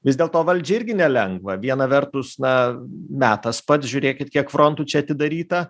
vis dėlto valdžiai irgi nelengva viena vertus na metas pats žiūrėkit kiek frontų čia atidaryta